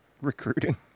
Recruiting